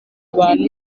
abantu